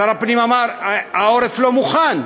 שר הפנים אמר: העורף לא מוכן.